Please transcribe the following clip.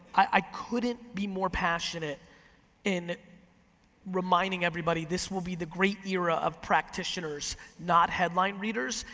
i couldn't be more passionate in reminding everybody this will be the great era of practitioners not headline readers.